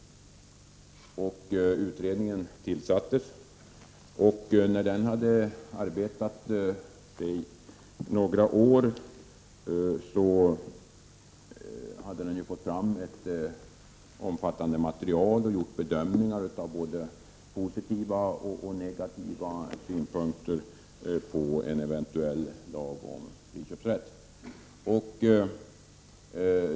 Utredningen tillsattes, och när den hade arbetat i några år hade den fått fram ett omfattande material och gjort bedömningar av både positiva och negativa sidor med en eventuell lag om friköpsrätt.